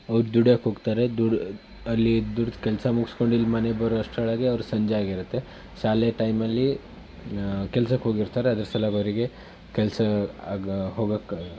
ಅವ್ರು ದುಡ್ಯಕ್ಕೆ ಹೋಗ್ತಾರೆ ದುಡಿ ಅಲ್ಲಿ ದುಡ್ದು ಕೆಲಸ ಮುಗ್ಸ್ಕೊಂಡು ಇಲ್ಲಿ ಮನೆಗೆ ಬರೋಷ್ಟರೊಳಗೆ ಅವ್ರು ಸಂಜೆ ಆಗಿರುತ್ತೆ ಶಾಲೆ ಟೈಮಲ್ಲಿ ಕೆಲ್ಸಕ್ಕೆ ಹೋಗಿರ್ತಾರೆ ಅದ್ರ ಸಲವ್ ಅವರಿಗೆ ಕೆಲಸ ಆಗ ಹೋಗಕ್ಕೆ